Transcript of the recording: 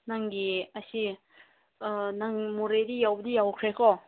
ꯅꯪꯒꯤ ꯑꯁꯤ ꯅꯪ ꯃꯣꯔꯦꯗꯤ ꯌꯧꯕꯨꯗꯤ ꯌꯧꯈ꯭ꯔꯦꯀꯣ